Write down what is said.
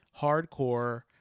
hardcore